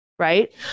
right